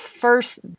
first